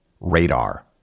Radar